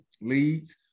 leads